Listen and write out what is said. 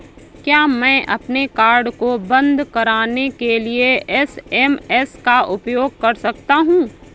क्या मैं अपने कार्ड को बंद कराने के लिए एस.एम.एस का उपयोग कर सकता हूँ?